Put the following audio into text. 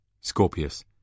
Scorpius